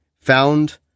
found